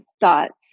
thoughts